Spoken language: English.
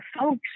folks